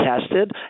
tested